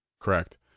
Correct